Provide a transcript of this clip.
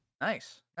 Nice